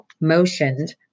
motioned